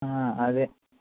ఆ అదే